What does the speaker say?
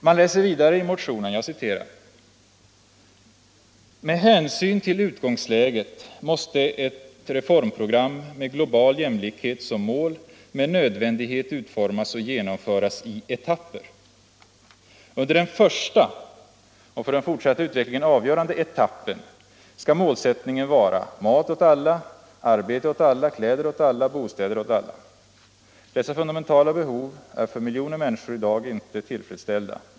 Man läser vidare i motionen: ”Med hänsyn till utgångsläget måste ett reformprogram med global jämlikhet som mål med nödvändighet utformas och genomföras i etapper. Under den första och för den fortsatta utvecklingen avgörande etappen skall målsättningen vara: mat åt alla, arbete åt alla, kläder åt alla, bostäder åt alla. Dessa fundamentala behov är för miljoner människor i dag inte tillfredsställda.